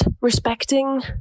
respecting